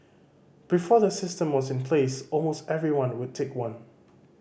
before the system was in place almost everyone would take one